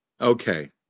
Okay